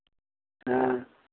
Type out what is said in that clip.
हाँ